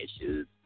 issues